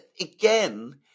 again